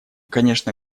конечно